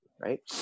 right